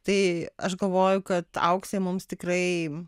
tai aš galvoju kad auksė mums tikrai